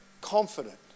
confident